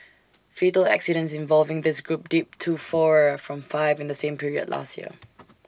fatal accidents involving this group dipped to four from five in the same period last year